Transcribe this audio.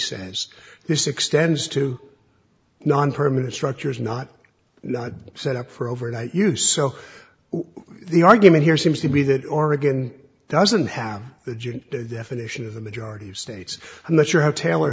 says this extends to non permanent structures not set up for overnight use so the argument here seems to be that oregon doesn't have the definition of the majority of states i'm not sure how taylor